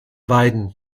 weiden